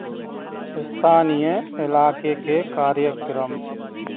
स्थानीय इलाके के कार्यक्रम